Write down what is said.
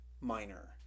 minor